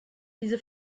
diese